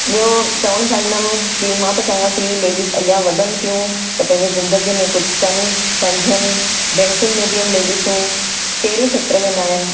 ॿियों चवणु चाहींदमि कि मां त चाहियां थी लेडीस अॻियां वधनि थियूं त पंहिंजी ज़िंदगीअ में कुझु कनि बणजनि बैंकुनि में बीहनि लेडिसूं कहिड़े खेत्र में न आहिनि